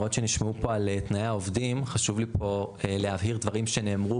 לאמירות שנשמעו על תנאי העובדים חשוב לי להבהיר דברים שנאמרו